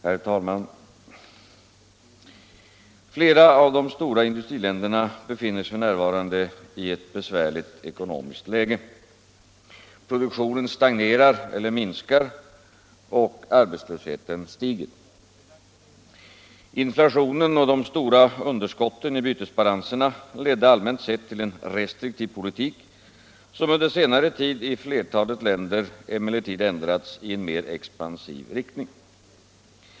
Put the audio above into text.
Herr talman! Flera av de stora industriländerna befinner sig f.n. i ett besvärligt ekonomiskt läge. Produktionen stagnerar eller minskar och arbetslösheten stiger. Inflationen och de stora underskotten i bytesbalanserna ledde allmänt sett till en restriktiv politik, som under senare tid i flertalet länder emellertid ändrats i en mer expansiv riktning.